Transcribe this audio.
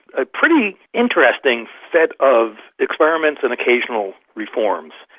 a pretty interesting set of experiments and occasional reforms.